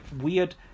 weird